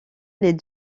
les